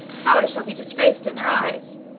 how i shall be disgraced in their eyes!